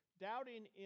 doubting